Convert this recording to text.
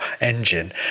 engine